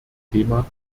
thema